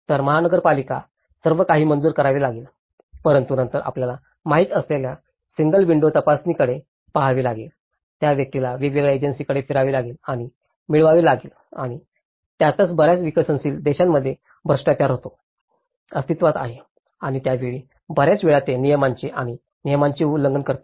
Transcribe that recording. तर महानगरपालिका सर्व काही मंजूर करावे लागेल परंतु नंतर आपल्याला माहित असलेल्या सिंगल विंडो तपासणीकडे पहावे लागेल त्या व्यक्तीला वेगवेगळ्या एजन्सीकडे फिरावे लागते आणि मिळवावे लागते आणि त्यातच बर्याच विकसनशील देशांमध्ये भ्रष्टाचार होतो अस्तित्वात आहे आणि त्या वेळी बर्याच वेळा ते नियमांचे आणि नियमांचे उल्लंघन करते